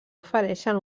ofereixen